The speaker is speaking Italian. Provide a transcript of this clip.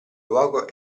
luogo